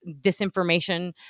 disinformation